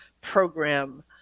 program